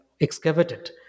excavated